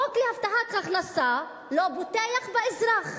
חוק להבטחת הכנסה לא בוטח באזרח,